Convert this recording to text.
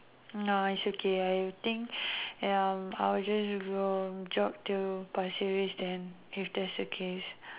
no it's okay I think um I will go and jog till Pasir-Ris then if that's the case